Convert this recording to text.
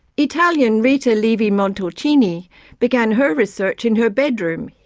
italian rita levi-montalcini began her research in her bedroom,